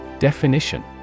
Definition